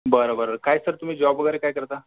बरं बरं काय सर तुम्ही जॉब वगैरे काय करता